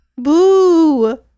Boo